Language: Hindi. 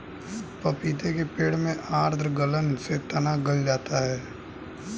पपीते के पेड़ में आद्र गलन से तना गल जाता है